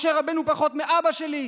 משה רבנו פחות מאבא שלי?